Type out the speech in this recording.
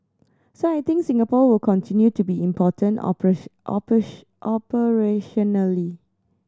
so I think Singapore will continue to be important operationally